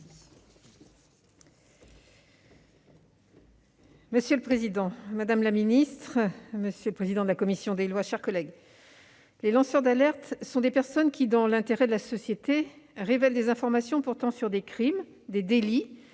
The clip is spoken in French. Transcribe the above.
Monsieur le président, madame la secrétaire d'État, mes chers collègues, les lanceurs d'alerte sont des personnes qui, dans l'intérêt de la société, révèlent des informations portant sur des crimes, des délits,